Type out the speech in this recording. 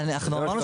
זה מה שאתה אומר.